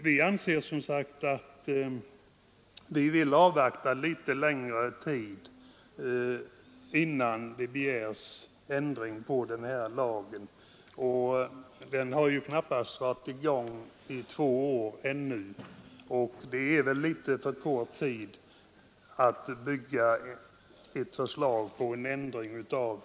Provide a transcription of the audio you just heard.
Vi anser som sagt att vi vill avvakta litet längre tid, innan det begärs ändring av den här lagen. Den har ju knappast varit i kraft två år ännu, och det är väl litet för kort tid att bygga ett förslag om ändring på.